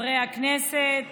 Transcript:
אתה שמח לאיד כי אתה,